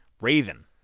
Raven